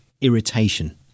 irritation